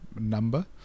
number